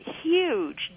huge